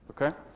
okay